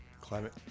climate